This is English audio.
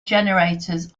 generators